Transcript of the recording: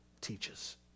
teaches